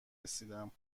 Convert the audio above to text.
رسیدم